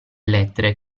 lettere